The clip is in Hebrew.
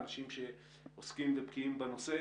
אנשים שעוסקים ובקיאים בנושא,